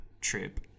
trip